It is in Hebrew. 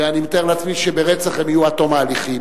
ואני מתאר לעצמי שברצח הם יהיו עד תום ההליכים,